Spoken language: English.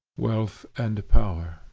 wealth, and power.